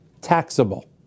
taxable